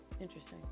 interesting